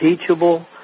teachable